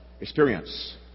experience